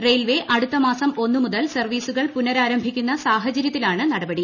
railway അടുത്ത മാസം ഒന്ന് മുതൽ സർവീസുകൾ പുനരാരംഭിക്കുന്ന സാഹചര്യത്തിലാണ് നടപടി